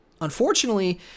Unfortunately